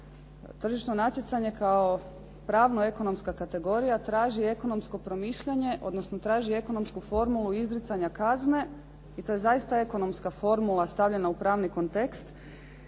Tržišno natjecanje kao pravno ekonomska kategorija traži ekonomsko promišljanje odnosno traži ekonomsku formulu izricanja kazne i to je zaista ekonomska formula stavljena u pravni kontekst